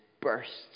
bursts